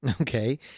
Okay